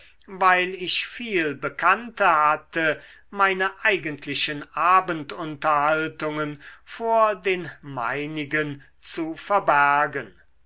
weil ich viel bekannte hatte meine eigentlichen abendunterhaltungen vor den meinigen zu verbergen